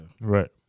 Right